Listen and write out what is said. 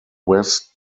west